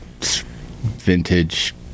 vintage